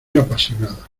apasionada